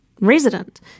resident